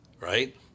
Right